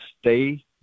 stay